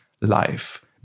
life